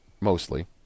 mostly